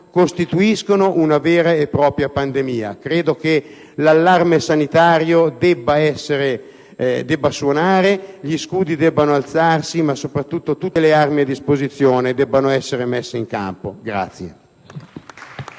costituiscono una vera e propria pandemia. Credo che l'allarme sanitario debba suonare, gli scudi debbano alzarsi, ma soprattutto tutte le armi a disposizione debbano essere messe in campo.